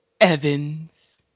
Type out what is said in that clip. Evans